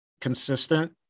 consistent